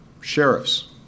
sheriffs